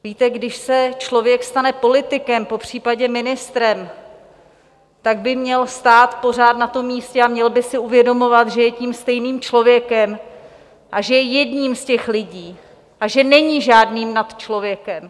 Víte, když se člověk stane politikem, popřípadě ministrem, tak by měl stát pořád na tom místě a měl by si uvědomovat, že je tím stejným člověkem a že je jedním z těch lidí a že není žádným nadčlověkem.